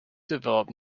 develop